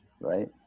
Right